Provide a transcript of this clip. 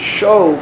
show